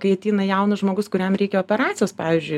kai ateina jaunas žmogus kuriam reikia operacijos pavyzdžiui